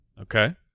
okay